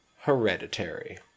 Hereditary